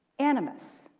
animus,